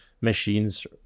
machines